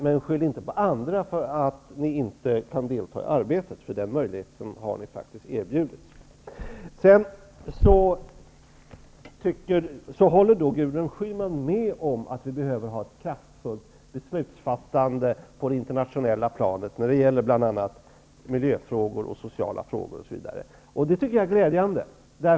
Men skyll inte på andra för att ni inte kan delta i arbetet, för den möjligheten har ju faktiskt erbjudits er. Gudrun Schyman håller alltså med om att vi behöver ha ett kraftfullt beslutsfattande på det internationella planet när det gäller bl.a. miljöfrågor och sociala frågor. Det tycker jag är glädjande.